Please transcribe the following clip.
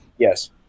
yes